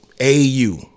AU